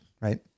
right